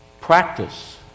practice